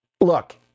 look